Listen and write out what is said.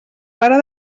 pare